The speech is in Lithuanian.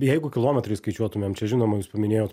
jeigu kilometrais skaičiuotumėm čia žinoma jūs paminėjot